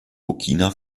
burkina